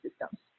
systems